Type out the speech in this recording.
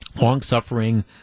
long-suffering